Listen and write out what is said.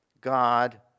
God